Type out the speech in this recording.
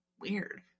weird